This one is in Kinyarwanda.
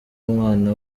mwana